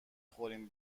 خوریم